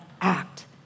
act